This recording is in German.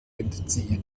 entziehen